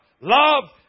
love